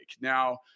now